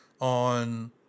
on